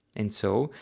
and so,